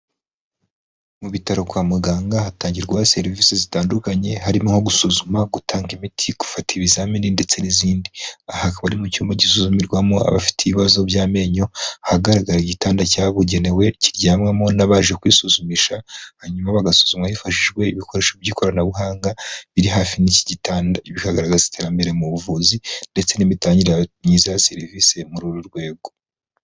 Mu bitaro kwa muganga hatangirwa serivisi zitandukanye harimo gusuzuma gutanga imiti gufata ibizamini ndetse n'izindi, ahaba ari mu cyumba gisuzumirwamo abafite ibibazo by'amenyo ahagaragara igitanda cyabugenewe kiryamwamo n'abaje kwisuzumisha hanyuma bagasuzumwa hifashijwe ibikoresho by'ikoranabuhanga biri hafi n'ikigitanda, ibi bikagaragaza iterambere mu buvuzi ndetse n'imitangire myiza ya serivisi muri uru rwego.